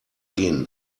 gehen